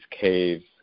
caves